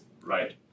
right